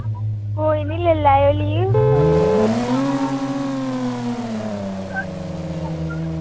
कोई नी ले लैयो लीव